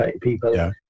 people